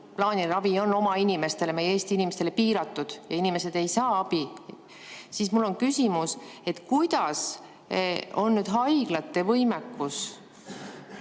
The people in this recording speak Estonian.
plaaniline ravi on oma inimestele, meie Eesti inimestele, piiratud ja inimesed ei saa abi, siis ma küsin: kuidas on nüüd haiglate võimekus